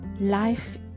life